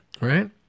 right